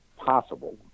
possible